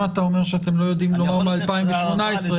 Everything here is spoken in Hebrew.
אם אתה אומר שאתם לא יודעים לומר מ-2018 אז